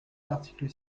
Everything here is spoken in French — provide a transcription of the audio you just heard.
l’article